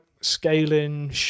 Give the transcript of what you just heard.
scaling